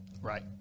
Right